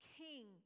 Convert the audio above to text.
king